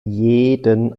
jeden